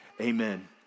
Amen